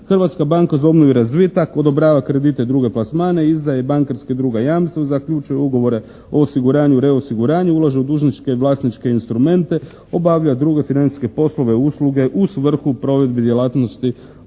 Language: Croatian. Hrvatska banka za obnovu i razvitak odobrava kredite i druge plasmane, izdaje bankarska i druga jamstva. Zaključuje ugovore o osiguranju, reosiguranju. Ulaže u dužničke i vlasničke instrumente. Obavlja druge financijske poslove, usluge u svrhu provedbi djelatnosti